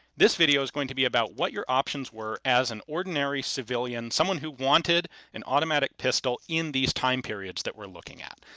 this video is going to be about what your options were as an ordinary civilian, someone who wanted an automatic pistol in these time periods that we're looking at.